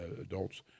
adults